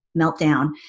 meltdown